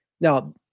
Now